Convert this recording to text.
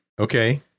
Okay